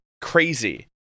crazy